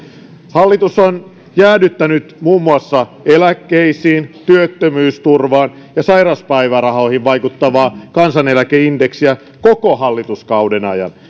hallitus on jäädyttänyt muun muassa eläkkeisiin työttömyysturvaan ja sairauspäivärahoihin vaikuttavaa kansaneläkeindeksiä koko hallituskauden ajan